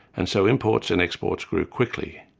and so imports and exports grew quickly.